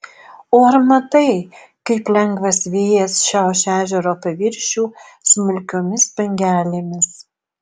o ar matai kaip lengvas vėjas šiaušia ežero paviršių smulkiomis bangelėmis